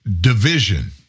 Division